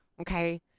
Okay